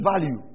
value